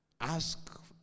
Ask